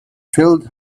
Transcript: filled